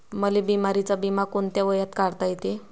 मले बिमारीचा बिमा कोंत्या वयात काढता येते?